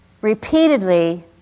repeatedly